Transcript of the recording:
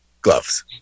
Gloves